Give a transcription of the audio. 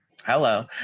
hello